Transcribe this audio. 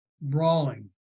brawling